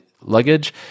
luggage